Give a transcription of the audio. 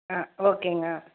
ஆ ஓகேங்க